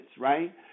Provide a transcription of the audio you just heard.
right